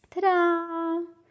Ta-da